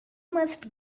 must